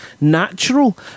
natural